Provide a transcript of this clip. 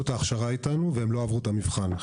את ההכשרה איתנו ולא עברו את המבחן בארץ.